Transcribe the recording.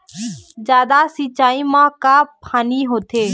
जादा सिचाई म का हानी होथे?